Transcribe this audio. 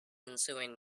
ensuing